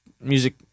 music